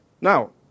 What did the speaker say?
Now